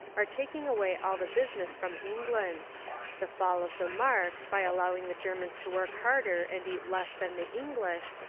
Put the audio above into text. are taking away all the business from england the fall of the mark, by allowing the germans to work harder and eat less than the english,